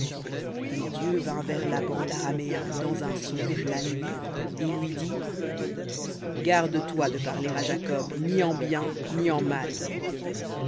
et dieu vint vers laban l'araméen dans un songe la nuit et lui dit garde-toi de parler à jacob ni en bien ni en mal